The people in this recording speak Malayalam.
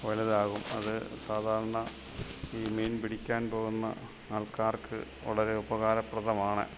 വലുതാകും അത് സാധാരണ ഈ മീൻ ഈ പിടിക്കാൻ പോകുന്ന ആൾകാർക്ക് വളരെ ഉപകാരപ്രദമാണ്